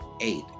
eight